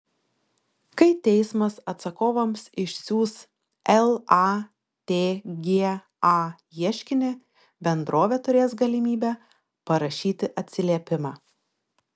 kai teismas atsakovams išsiųs latga ieškinį bendrovė turės galimybę parašyti atsiliepimą